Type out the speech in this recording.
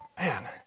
Man